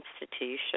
institution